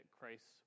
Christ